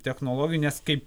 technologinės kaip